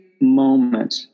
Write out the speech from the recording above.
moment